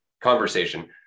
conversation